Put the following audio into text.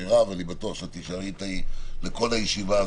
מרב, אני בטוח שתישארי איתי לכל הישיבה הזאת.